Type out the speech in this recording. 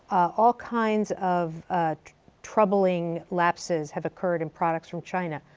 all kinds of troubling lapses have occurred in products from china.